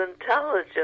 intelligence